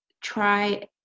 try